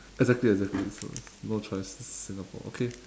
exactly exactly so no choice this is singapore okay